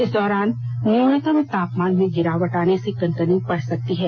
इस दौरान न्यूनतम तापमान में गिरावट आने से कनकनी बढ़ सकती है